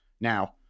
now